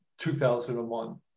2001